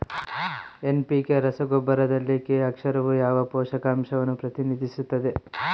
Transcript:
NPK ರಸಗೊಬ್ಬರದಲ್ಲಿ K ಅಕ್ಷರವು ಯಾವ ಪೋಷಕಾಂಶವನ್ನು ಪ್ರತಿನಿಧಿಸುತ್ತದೆ?